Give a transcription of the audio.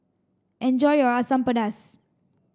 enjoy your Asam Pedas